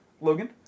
Logan